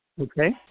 Okay